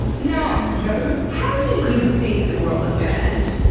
now. yeah how do you think the world is gonna end?